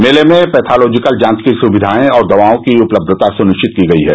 मेले में पैथालोजिकल जांच की सुविधाए और दवाओं की उपलब्धता सुनिश्चित की गई है